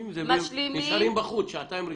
נשארים בחוץ שעתיים ראשונות.